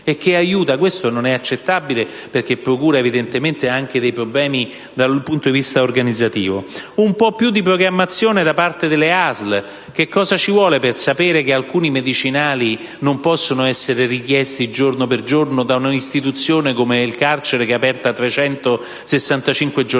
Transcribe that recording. però, non è accettabile perché evidentemente procura problemi dal punto di vista organizzativo. È necessaria, poi, una maggiore programmazione da parte delle ASL: cosa ci vuole per sapere che alcuni medicinali non possono essere richiesti giorno per giorno da un'istituzione come il carcere, che è aperta 365 giorni